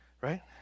right